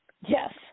Yes